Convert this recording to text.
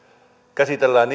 käsitellään